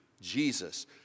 Jesus